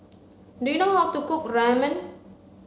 do you know how to cook Ramen